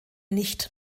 nicht